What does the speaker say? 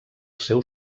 seu